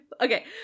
okay